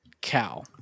cow